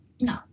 no